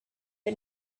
the